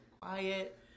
quiet